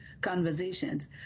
conversations